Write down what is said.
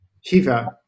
Shiva